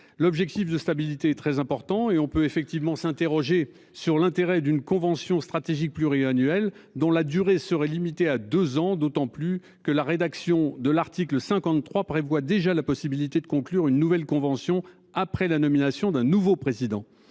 L'objectif de stabilité très important et on peut effectivement s'interroger sur l'intérêt d'une convention stratégique pluriannuel dont la durée serait limitée à 2 ans. D'autant plus que la rédaction de l'article 53 prévoit déjà la possibilité de conclure une nouvelle convention après la nomination d'un nouveau président